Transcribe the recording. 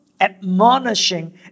admonishing